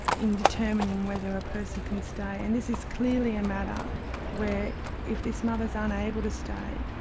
in determining whether a person can stay. and this is clearly a matter where if this mother's unable to stay,